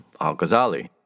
al-Ghazali